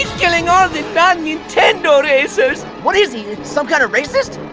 killing all the non-nintendo racers! what is some kind of racist?